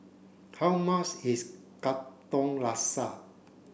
how mas is Katong Laksa